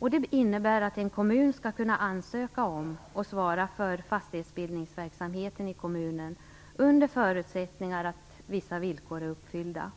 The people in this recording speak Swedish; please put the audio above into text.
Det innebär att en kommun skall kunna ansöka om att svara för fastighetsbildningsverksamheten i kommunen under förutsättning att vissa villkor är uppfyllda: